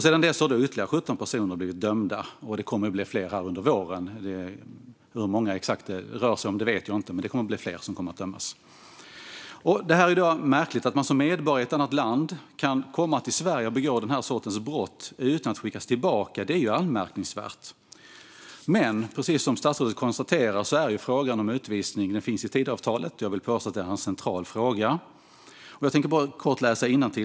Sedan dess har ytterligare 17 personer dömts, och det kommer att bli fler under våren. Exakt hur många det rör sig om vet jag inte. Men fler kommer att dömas. Det är märkligt att medborgare i ett annat land kan komma till Sverige och begå den sortens brott utan att skickas tillbaka. Det är anmärkningsvärt. Men precis som statsrådet konstaterar finns frågan om utvisning med i Tidöavtalet. Jag vill påstå att det är en central fråga.